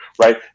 right